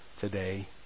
today